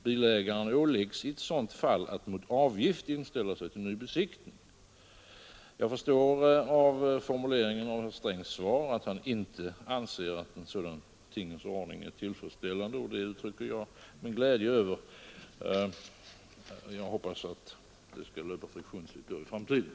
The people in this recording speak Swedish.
Bilägaren ålägges i ett sådant fall att mot avgift inställa sig till ny besiktning. Jag förstod av formuleringen av herr Strängs svar att han inte anser att en sådan tingens ordning är tillfredsställande, och det uttrycker jag min glädje över. Jag hoppas att det hela skall löpa friktionsfritt i framtiden.